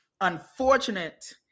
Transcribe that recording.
unfortunate